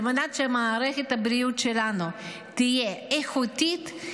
על מנת שמערכת הבריאות שלנו תהיה איכותית,